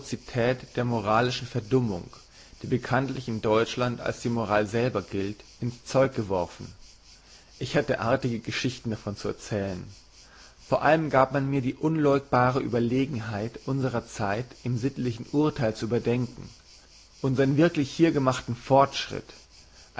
der moralischen verdummung die bekanntlich in deutschland als die moral selber gilt in's zeug geworfen ich hätte artige geschichten davon zu erzählen vor allem gab man mir die unleugbare überlegenheit unsrer zeit im sittlichen urtheil zu überdenken unsern wirklich hier gemachten fortschritt